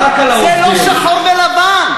זה לא שחור-לבן.